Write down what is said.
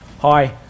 Hi